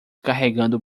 carregando